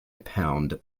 pound